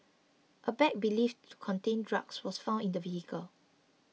a bag believed to contain drugs was found in the vehicle